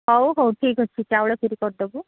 ହଉ ହଉ ଠିକ୍ ଅଛି ଚାଉଳ କ୍ଷୀରି କରିଦେବୁ